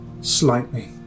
slightly